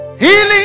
healing